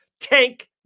Tank